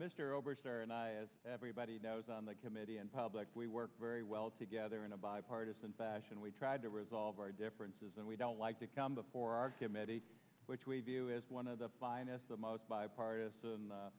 mr oberstar and i as everybody knows on the committee and public we work very well together in a bipartisan fashion we tried to resolve our differences and we don't like to come before our committee which we view as one of the finest the most bipartisan